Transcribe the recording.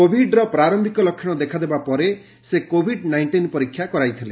କୋଭିଡ୍ର ପ୍ରାରମ୍ଭିକ ଲକ୍ଷଣ ଦେଖାଦେବା ପରେ ସେ କୋଭିଡ୍ ନାଇଷ୍ଟିନ୍ ପରୀକ୍ଷା କରାଇଥିଲେ